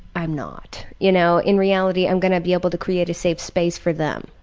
i'm not. you know, in reality i'm gonna be able to create a safe space for them.